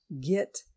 get